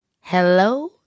Hello